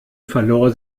verlor